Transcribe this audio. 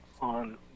on